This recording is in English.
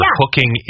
hooking